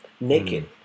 naked